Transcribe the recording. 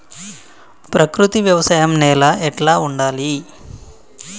ప్రకృతి వ్యవసాయం నేల ఎట్లా ఉండాలి?